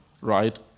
right